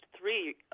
three